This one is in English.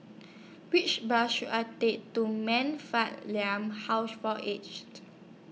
Which Bus should I Take to Man Fatt Liang House For Aged